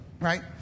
right